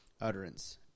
utterance